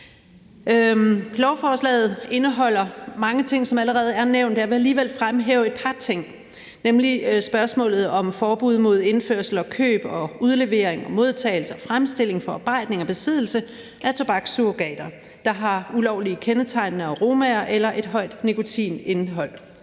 Lovforslaget indeholder mange ting, som allerede er nævnt, men jeg vil alligevel fremhæve et par ting, nemlig spørgsmålet om et forbud mod indførelse, køb, udlevering, modtagelse, fremstilling, forarbejdning og besiddelse af tobakssurrogater, der har ulovlige kendetegnende aromaer eller et højt nikotinindhold.